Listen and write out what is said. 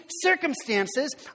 circumstances